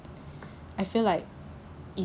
I feel like it